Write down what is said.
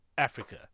africa